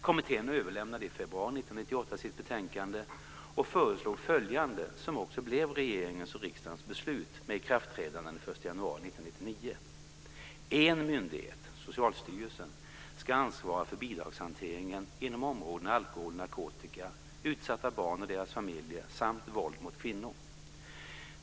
Kommittén överlämnade i februari 1998 sitt betänkande och föreslog följande som också blev regeringens och riksdagens beslut med ikraftträdande den 1 januari 1999: En myndighet - Socialstyrelsen - ska ansvara för bidragshanteringen inom områdena alkohol och narkotika, utsatta barn och deras familjer samt våld mot kvinnor.